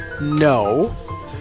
no